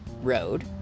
road